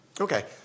Okay